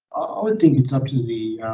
i would think it's up to the,